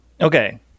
Okay